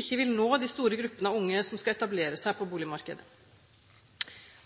ikke vil nå de store gruppene av unge som skal etablere seg på boligmarkedet.